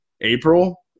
April